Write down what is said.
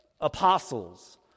apostles